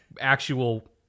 actual